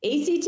ACT